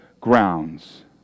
grounds